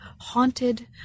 haunted